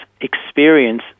experience